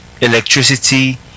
electricity